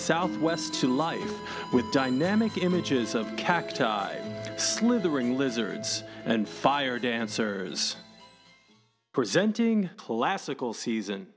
southwest to life with dynamic images of cacti slithering lizards and fire dancers presenting classical season